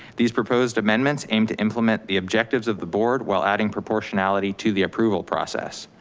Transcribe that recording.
these proposed amendments aim to implement the objectives of the board while adding proportionality to the approval process.